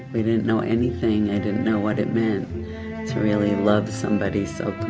we didn't know anything, i didn't know what it meant to really love somebody so